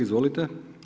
Izvolite.